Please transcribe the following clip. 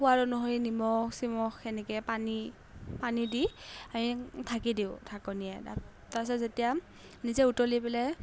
সোৱাদ অনুসৰি নিমখ চিমখ এনেকৈ পানী পানী দি আমি ঢাকি দিওঁ ঢাকনিৰে তাক তাৰছত যেতিয়া নিজে উতলি পেলাই